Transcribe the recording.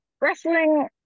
wrestling